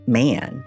man